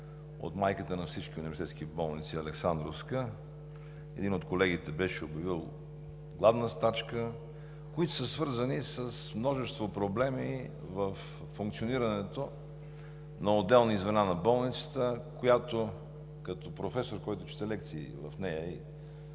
от майката на всички университетски болници – Александровска, един от колегите беше обявил гладна стачка, които са свързани с множество проблеми във функционирането на отделни звена на болницата, която като професор, който чете лекции в нея